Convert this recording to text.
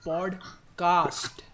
Podcast